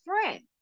friend